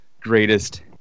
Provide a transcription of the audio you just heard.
greatest